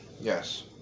Yes